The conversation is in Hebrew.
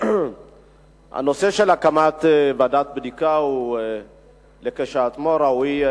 הנושא של הקמת ועדת בדיקה הוא כשלעצמו ראוי,